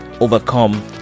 overcome